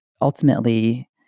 ultimately